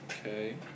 Okay